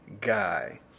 guy